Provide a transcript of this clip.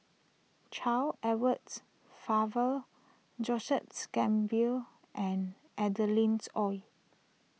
Charles Edwards Faber Joseph's and Adeline's Ooi